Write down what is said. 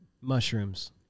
mushrooms